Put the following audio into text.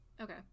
okay